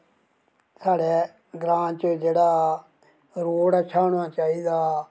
और साढ़ै ग्रांऽ च जेह्ड़ा रोड़ अच्छा होना चाहिदा